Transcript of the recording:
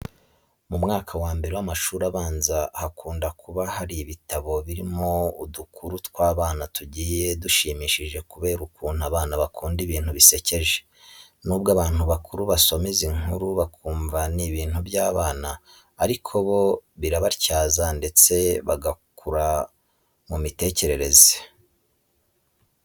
Mu mwaka wa mbere w'amashuri abanza hakunda kuba hari ibitabo birimo udukuru tw'abana tugiye dushimishije kubera ukuntu abana bakunda ibintu bisekeje. Nubwo abantu bakuru basoma izi nkuru bakumva ni ibintu by'abana ariko bo birabatyaza ndetse bakaguka mu mitekerereze.